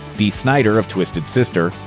dee snider of twisted sister,